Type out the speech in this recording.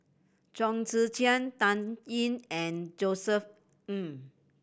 Chong Tze Chien Dan Ying and Josef Ng